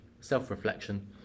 self-reflection